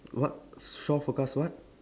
what shore forecast what